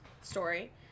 story